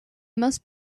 must